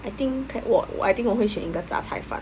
I think what I think 我会选应该杂菜饭